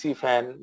fan